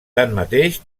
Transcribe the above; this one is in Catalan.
tanmateix